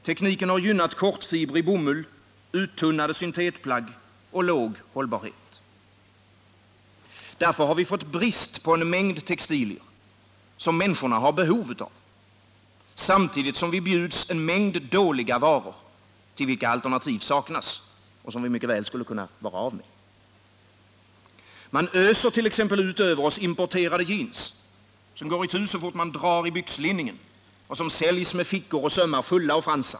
Tekniken har gynnat kortfibrig bomull, uttunnade syntetplagg och låg hållbarhet. Därför har vi fått brist på en mängd textilier, som människor har behov av, samtidigt som vi bjuds en mängd dåliga varor, till vilka alternativ saknas och som vi mycket väl skulle kunna vara av med. Man öser t.ex. ut över oss importerade jeans, som går itu så fort man drar i byxlinningen och som säljs med fickor och sömmar fulla av fransar.